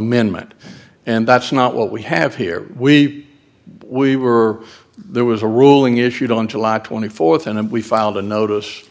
amendment and that's not what we have here we we were there was a ruling issued on july th and we filed a notice